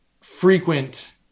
frequent